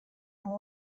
amb